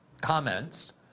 comments